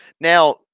Now